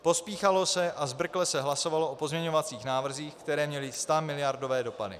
Pospíchalo se a zbrkle se hlasovalo o pozměňovacích návrzích, které měly stamiliardové dopady.